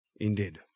indeed